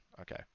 Okay